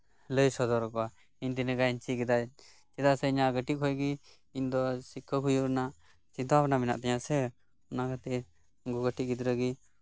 ᱞᱟᱹᱭ ᱥᱚᱫᱚᱨ ᱠᱚᱣᱟ ᱤᱧ ᱛᱤᱱᱟᱹᱜ ᱜᱟᱱᱤᱧ ᱪᱮᱫ ᱠᱮᱫᱟ ᱥᱮ ᱤᱧᱟᱹᱜ ᱠᱟᱹᱴᱤᱡ ᱠᱷᱚᱱᱜᱮ ᱤᱧ ᱫᱚ ᱥᱤᱠᱠᱷᱚᱠ ᱦᱩᱭᱩᱜ ᱨᱮᱭᱟᱜ ᱪᱤᱱᱛᱟ ᱢᱮᱱᱟᱜ ᱛᱤᱧᱟ ᱥᱮ ᱚᱱᱟ ᱠᱷᱟᱹᱛᱤᱨ ᱛᱮ ᱠᱟᱹᱴᱤᱡ ᱜᱤᱫᱽᱨᱟᱹ ᱜᱮ